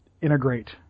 integrate